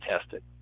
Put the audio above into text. tested